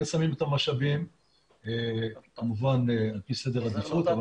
שמים את המשאבים וכמובן על פי סדר העדיפות,